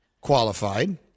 qualified